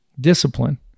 discipline